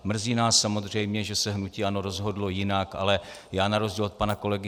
Mrzí nás samozřejmě, že se hnutí ANO rozhodlo jinak, ale já na rozdíl od pana kolegy